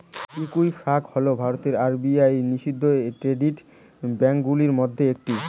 Equifax হল ভারতের RBI নিবন্ধিত ক্রেডিট ব্যুরোগুলির মধ্যে একটি